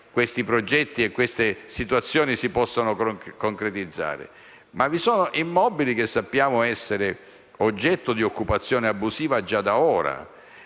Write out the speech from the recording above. questi progetti e queste situazioni si possano concretizzare. Vi sono, però, immobili che sappiamo essere oggetto di occupazione abusiva già da ora,